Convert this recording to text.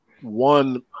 one